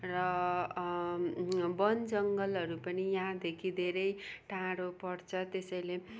र बन जङ्गलहरू पनि यहाँदेखि धेरै टाढो पर्छ त्यसैले